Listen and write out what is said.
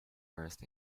burst